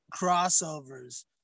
crossovers